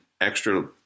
extra